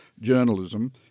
journalism